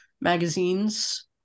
magazines